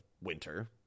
winter